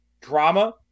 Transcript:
drama